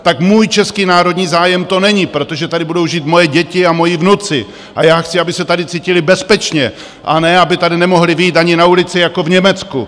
Tak můj český národní zájem to není, protože tady budou žít moje děti a moji vnuci a já chci, aby se tady cítili bezpečně, a ne aby tady nemohli vyjít ani na ulici jako v Německu!